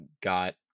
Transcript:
got